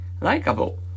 Likeable